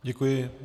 Děkuji.